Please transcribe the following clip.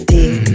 Deep